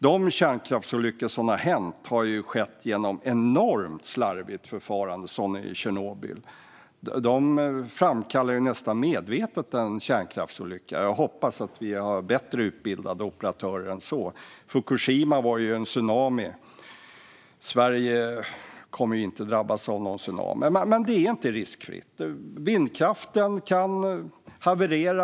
De kärnkraftsolyckor som hänt har skett genom enormt slarvigt förfarande, såsom i Tjernobyl, där de nästan medvetet framkallade en kärnkraftsolycka. Jag hoppas att vi har bättre utbildade operatörer än så. I Fukushima var det en tsunami. Sverige kommer inte att drabbas av någon tsunami. Men det är inte riskfritt. Vindkraft kan haverera.